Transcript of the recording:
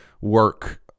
work